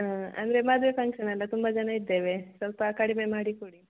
ಹಾಂ ಅಂದರೆ ಮದುವೆ ಫಂಕ್ಷನಲ್ವ ತುಂಬ ಜನ ಇದ್ದೇವೆ ಸ್ವಲ್ಪ ಕಡಿಮೆ ಮಾಡಿ ಕೊಡಿ